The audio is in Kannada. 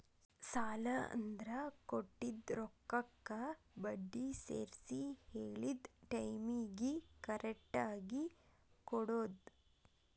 ಸಾಲ ಅಂದ್ರ ಕೊಟ್ಟಿದ್ ರೊಕ್ಕಕ್ಕ ಬಡ್ಡಿ ಸೇರ್ಸಿ ಹೇಳಿದ್ ಟೈಮಿಗಿ ಕರೆಕ್ಟಾಗಿ ಕೊಡೋದ್